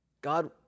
God